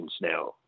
now